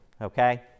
okay